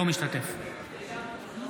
אינו משתתף בהצבעה